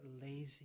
lazy